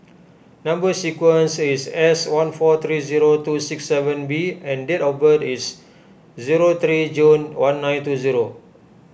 Number Sequence is S one four three zero two six seven B and date of birth is zero three June one nine two zero